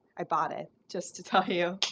i bought it, just to tell you.